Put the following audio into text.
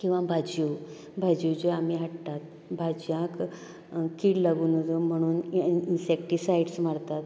किंवां भाजयो भाजयो ज्यो आमी हाडटात भाजयांक किड लागूं नजो म्हणून इन्सेक्टीसायडस मारतात